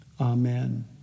Amen